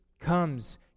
comes